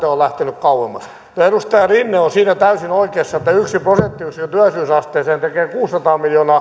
on lähtenyt kauemmaksi kyllä edustaja rinne on siinä täysin oikeassa että yksi prosenttiyksikkö työllisyysasteeseen tekee kuusisataa miljoonaa